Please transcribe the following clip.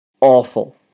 awful